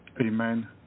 amen